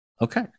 Okay